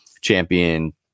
champion